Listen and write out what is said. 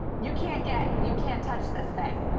you can't get, you can't touch this thing.